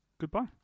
Goodbye